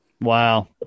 Wow